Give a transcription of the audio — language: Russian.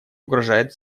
угрожает